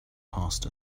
passed